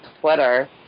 Twitter